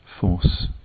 force